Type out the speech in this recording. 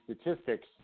statistics